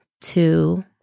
two